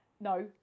No